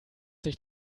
sich